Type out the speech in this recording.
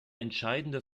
entscheidende